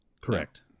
Correct